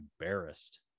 embarrassed